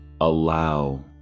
allow